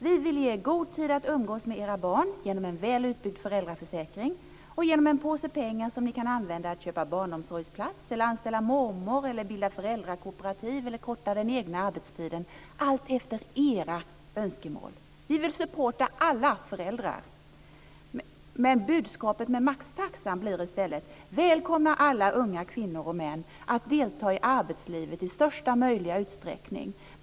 Vi vill ge er god tid att umgås med era barn genom en väl utbyggd föräldraförsäkring och genom en påse pengar som ni kan använda för att köpa barnomsorgsplats, anställa mormor, bilda föräldrakooperativ eller korta den egna arbetstiden, allt efter era önskemål. Vi vill ge support till alla föräldrar. Men budskapet med maxtaxan blir i stället: Välkomna alla unga kvinnor och män att delta i arbetslivet i största möjliga utsträckning!